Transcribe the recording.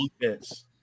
defense